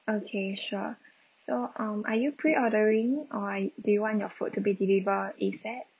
okay sure so um are you preordering or do you want your food to be delivered ASAP